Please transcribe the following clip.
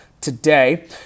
today